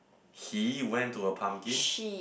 he went to a pumpkin